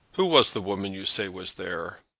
who was the woman you say was there?